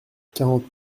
quarante